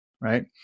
right